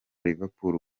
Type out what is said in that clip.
liverpool